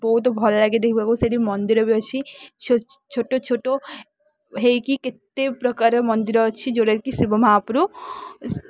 ବହୁତ ଭଲ ଲାଗେ ଦେଖିବାକୁ ସେଠି ମନ୍ଦିର ବି ଅଛି ଛୋଟ ଛୋଟ ହେଇକି କେତେ ପ୍ରକାର ମନ୍ଦିର ଅଛି ଯେଉଁଟାକି ଶିବ ମହାପରୁ